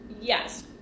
yes